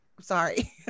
sorry